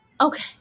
Okay